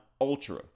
ultra